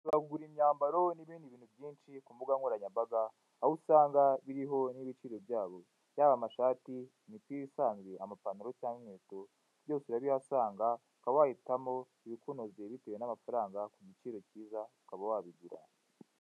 Wagura imyambaro n'ibindi bintu byinshi ku mbuga nkoranyambaga aho usanga biriho n'ibiciro byabo, yaba amashati, imipira isanzwe, amapantaro cyangwa inkweto, byose urabihasanga ukaba wahitamo ibikunogeye bitewe n'amafaranga, ku giciro kiza ukaba wabigura.